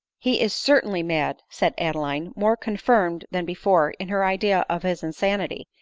he is certainly mad! said adeline, more confirmed than before in her idea of his insanity,